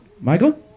Michael